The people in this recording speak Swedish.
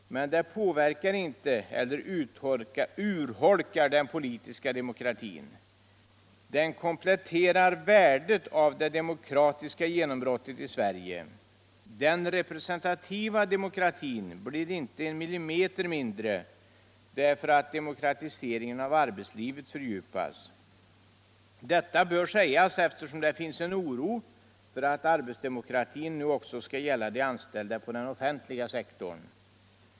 Men det påverkar inte eller urholkar den politiska demokratin. Den kompletterar värdet av det demokratiska genombrottet i Sverige —- den representativa demokratin blir inte en millimeter mindre därför att demokratiseringen av arbetslivet fördjupas. Detta bör sägas eftersom det finns en oro för att arbetsdemokratin nu också skall gälla de anställda på den offentliga sektorn.